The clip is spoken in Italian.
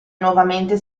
nuovamente